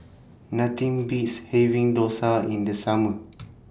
Nothing Beats having Dosa in The Summer